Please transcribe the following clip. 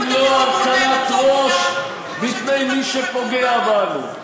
אם לא הרכנת ראש בפני מי שפוגע בנו?